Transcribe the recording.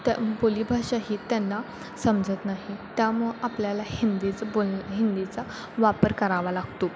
त्या बोली भाषा ही त्यांना समजत नाही त्यामुळं आपल्याला हिंदीचं बोल हिंदीचा वापर करावा लागतो